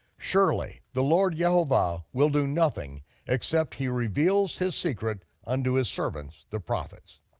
surely, the lord yehovah will do nothing except he reveals his secret unto his servants, the prophets.